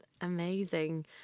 Amazing